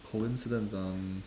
coincidence um